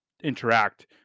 interact